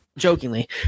jokingly